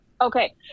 Okay